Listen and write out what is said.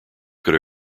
could